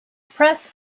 press